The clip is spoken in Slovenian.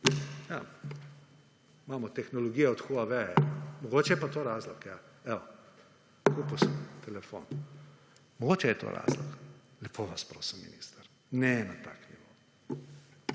imam tehnologijo od Huaweija. Mogoče je pa to razlog, evo, kupil sem telefon. Mogoče je to razlog. Lepo vas prosim, minister, ne na tak nivo.